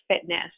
fitness